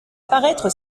paraître